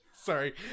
Sorry